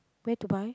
where to buy